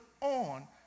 on